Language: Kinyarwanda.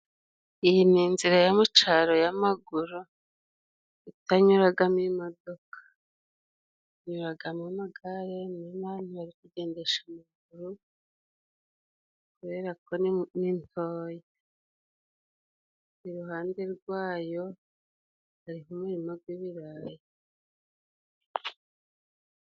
Iyi ni inzira yo mucaro y'amaguru itanyuragamo imodoka. Inyuragamo amagare n'abantu bari kugendesha amaguru kubera ko ni ntoya, iruhande rwayo gariho umurima gw' ibirayi.